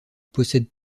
possèdent